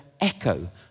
echo